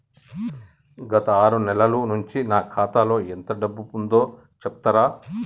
గత ఆరు నెలల నుంచి నా ఖాతా లో ఎంత డబ్బు ఉందో చెప్తరా?